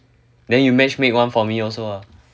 then you matchmake one for me also